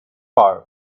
far